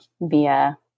via